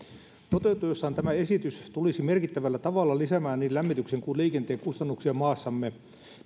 toteutuessaan tämä esitys tulisi merkittävällä tavalla lisäämään niin lämmityksen kuin liikenteen kustannuksia maassamme